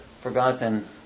forgotten